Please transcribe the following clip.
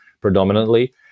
predominantly